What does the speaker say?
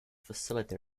facility